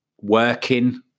working